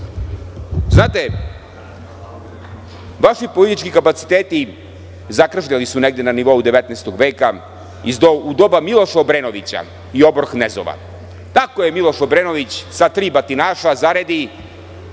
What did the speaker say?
Vučić. Znate, vaši politički kapaciteti zakržljali su i negde su na nivou 19. veka u doba Miloša Obrenovića i obor-knezova. Tako je Miloš Obrenović sa tri batinaša, zaredi,